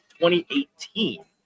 2018